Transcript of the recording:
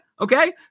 Okay